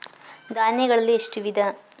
ಧಾನ್ಯಗಳಲ್ಲಿ ಎಷ್ಟು ವಿಧ?